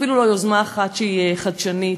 אפילו לא יוזמה אחת שהיא חדשנית,